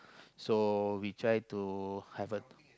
so we try to have a